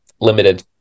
limited